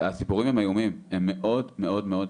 הסיפורים הם איומים, הם מאוד מאוד מאוד קשים,